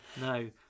No